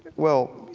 well, you